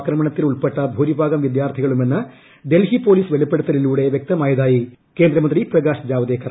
ആക്രമണത്തിൽ ഉൾപ്പെട്ട ഭൂരിഭാഗം വിദ്യാർത്ഥികളുമെന്ന് ഡൽഹി പൊലീസ് വെളിപ്പെടുത്ത്ലിലൂടെ വ്യക്തമായതായി കേന്ദ്രമന്ത്രി പ്രകാശ് ജാവ്ദേക്കർ